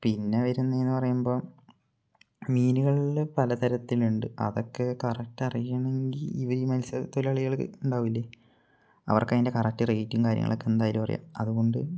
പിന്നെ വരുന്നതെന്ന് പറയുമ്പോള് മീനുകളില് പലതരത്തിലുണ്ട് അതൊക്കെ കറക്റ്റ് അറിയണമെങ്കില് ഇവര് ഈ മത്സ്യത്തൊഴിലാളികളുണ്ടാകില്ലെ അവർക്കതിന്റെ കറക്റ്റ് റേയ്റ്റും കാര്യങ്ങളുമൊക്കെ എന്തായാലുമറിയാം അതുകൊണ്ട്